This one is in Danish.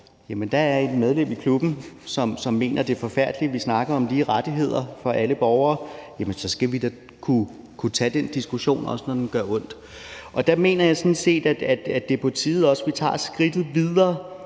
der er et medlem i klubben, som mener, det er forfærdeligt, at vi snakker om lige rettigheder for alle borgere, og jeg synes sådan set, at vi skal kunne tage den diskussion, også når den gør ondt. Der mener jeg sådan set, at det er på tide, at vi også tager skridtet videre